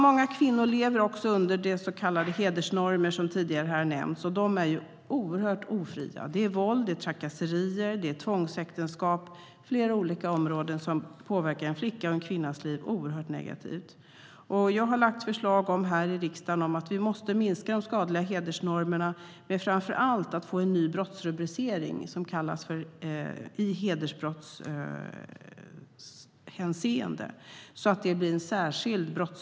Många kvinnor lever också under hedersnormer, vilket har nämnts tidigare. De är oerhört ofria. Det handlar om våld, trakasserier och tvångsäktenskap. Det är flera olika områden som påverkar en flickas eller kvinnas liv oerhört negativt. Jag har föreslagit här i riksdagen att vi måste bekämpa de skadliga hedersnormerna och framför allt att vi måste ta fram en ny brottsrubricering för dessa brott.